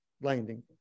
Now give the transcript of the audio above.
Blinding